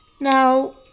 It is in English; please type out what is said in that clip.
Now